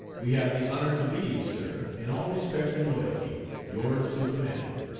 we have the honor to be, sir, in all respect and loyalty, yours to command.